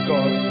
God